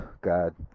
God